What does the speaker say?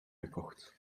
gekocht